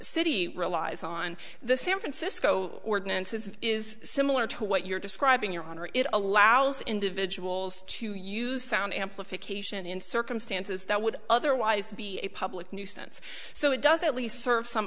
city relies on the san francisco ordinances is similar to what you're describing your honor it allows individuals to use sound amplification in circumstances that would otherwise be a public nuisance so it does at least serve some